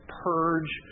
purge